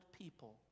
people